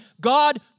God